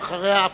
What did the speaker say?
ואחריה,